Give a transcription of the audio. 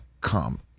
come